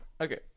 Okay